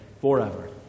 forever